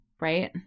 right